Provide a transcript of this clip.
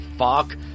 Fuck